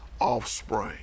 offspring